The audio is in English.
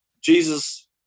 Jesus